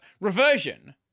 reversion